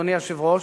אדוני היושב-ראש,